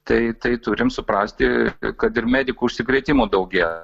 tai tai turim suprasti kad ir medikų užsikrėtimų daugėja